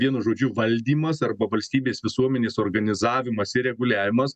vienu žodžiu valdymas arba valstybės visuomenės organizavimas ir reguliavimas